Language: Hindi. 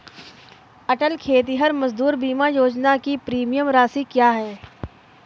अटल खेतिहर मजदूर बीमा योजना की प्रीमियम राशि क्या है?